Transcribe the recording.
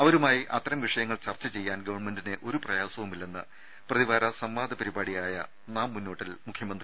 അവരുമായി അത്തരം വിഷയങ്ങൾ ചർച്ച ചെയ്യാൻ ഗവൺമെന്റിന് ഒരു പ്രയാസവുമില്ലെന്ന് പ്രതിവാര സംവാദ പരിപാടിയായ നാം മുന്നോട്ടിൽ സംസാരിക്കുകയായിരുന്നു മുഖ്യമന്ത്രി